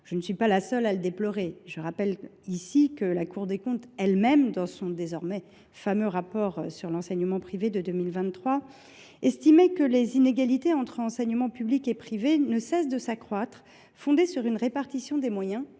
Je ne suis pas la seule à le déplorer : je rappelle ici que la Cour des comptes elle même, dans son désormais fameux rapport sur l’enseignement privé de 2023, estimait que les inégalités entre enseignement public et privé ne cessaient de s’accroître, fondées sur une répartition des moyens